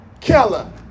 Keller